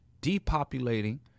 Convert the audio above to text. depopulating